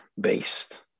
based